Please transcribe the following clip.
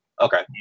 Okay